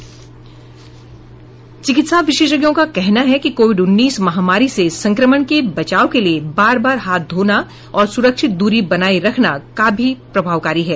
चिकित्सा विशेषज्ञों का कहना है कि कोविड उन्नीस महामारी से संक्रमण के बचाव के लिए बार बार हाथ धोना और सुरक्षित दूरी बनाये रखना काफी प्रभावकारी है